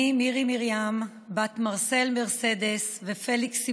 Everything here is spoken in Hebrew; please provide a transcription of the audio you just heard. אני, מירי מרים, בת מרסל-מרסדס ופליקס סיבוני,